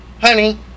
Honey